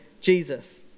Jesus